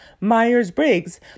Myers-Briggs